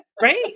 Right